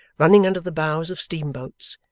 running under the bows of steamboats,